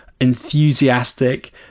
enthusiastic